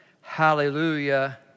Hallelujah